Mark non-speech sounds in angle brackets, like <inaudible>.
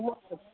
<unintelligible>